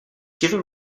given